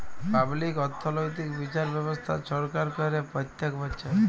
public অথ্থলৈতিক বিচার ব্যবস্থা ছরকার ক্যরে প্যত্তেক বচ্ছর